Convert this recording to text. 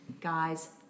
Guys